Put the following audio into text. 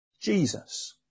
Jesus